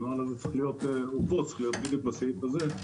הנוהל הזה צריך להיות בדיוק בסעיף הזה.